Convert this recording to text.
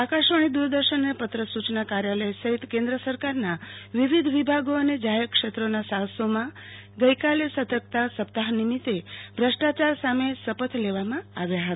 આકાશવાણી દૂરદર્શન અને પત્ર સૂચના કાર્યાલય સહિત કેન્દ્ર સરકારના વિવિધ વિભાગો અને જાહેરક્ષેત્રોના સાહસોમાં ગઈકાલે સતર્કતા સપ્તાહ નિમિત્તે ભ્રષ્ટાચાર સામે શપથ લેવામાં આવ્યા હતા